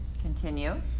Continue